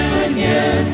union